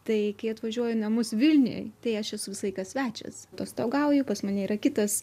tai kai atvažiuoju į namus vilniuj tai aš esu visą laiką svečias atostogauju pas mane yra kitas